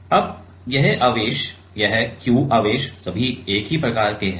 अब ये आवेश यह q आवेश सभी एक ही प्रकार के हैं